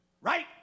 Right